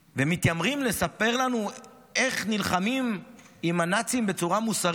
ומתיימרים לספר לנו איך נלחמים עם הנאצים בצורה מוסרית,